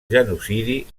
genocidi